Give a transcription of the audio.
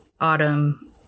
Autumn